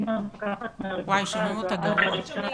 נשמעת מקוטע ובינתיים נעבור לנעה רום